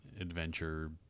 adventure